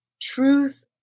truth